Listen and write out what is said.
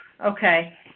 Okay